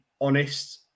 honest